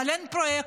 אבל אין פרויקטור,